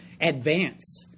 advance